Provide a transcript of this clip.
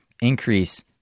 increase